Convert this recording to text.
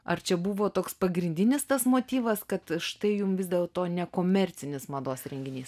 ar čia buvo toks pagrindinis tas motyvas kad štai jum vis dėlto nekomercinis mados renginys